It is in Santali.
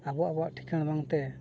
ᱟᱵᱚ ᱟᱵᱚᱣᱟᱜ ᱴᱷᱤᱠᱟᱹᱱᱟ ᱵᱟᱝᱛᱮ